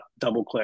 DoubleClick